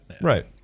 right